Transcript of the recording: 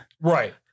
Right